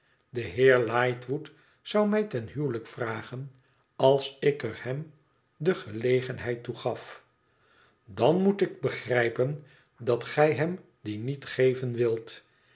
de heer lightwood zou mij ten huwelijk vragen als ik er hem de gelegenheid toe gaf dan moet ik begrijpen dat gij hem die niet geven wilt